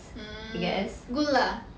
mm good lah